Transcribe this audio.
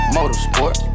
Motorsport